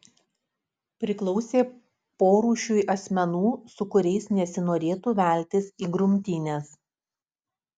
priklausė porūšiui asmenų su kuriais nesinorėtų veltis į grumtynes